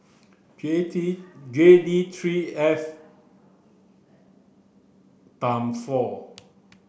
J D J D three F ten four